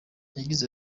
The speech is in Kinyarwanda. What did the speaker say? yagize